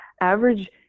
average